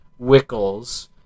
Wickles